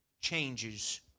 changes